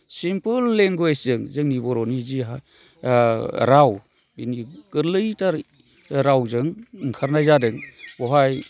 simple लेंगुवेजजों जोंनि बर'नि जि राव बेनि गोरलैथार रावजों ओंखारनाय जादों बेयावहाय